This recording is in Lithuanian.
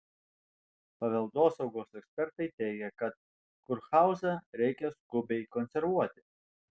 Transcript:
paveldosaugos ekspertai teigia kad kurhauzą reikia skubiai konservuoti